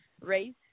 race